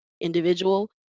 individual